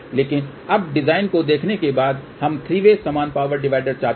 लेकिन अब डिजाइन को देखने के बाद से हम थ्री वे समान पावर डिवाइडर चाहते हैं